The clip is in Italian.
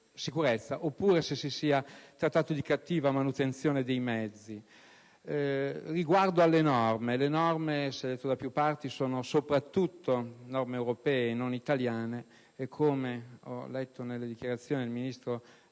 sicurezza, oppure se si sia trattato di cattiva manutenzione dei mezzi. Riguardo alle norme, queste, come ho sentito da più parti, sono soprattutto europee, non italiane e, come ho letto dalle dichiarazioni di ieri